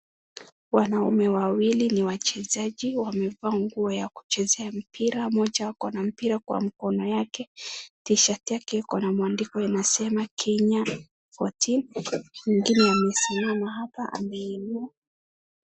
Wanaume wawili ni wachezaji wamevaa nguo ya kuchezea mpira, mmoja ako na mpira kwa mkono yake, T-shirt yake iko na mwandiko inasema Kenya fourteen mwingine amesimama hapa ameinua.